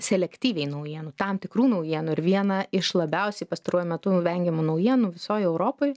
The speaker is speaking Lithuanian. selektyviai naujienų tam tikrų naujienų ir viena iš labiausiai pastaruoju metu vengiamų naujienų visoj europoj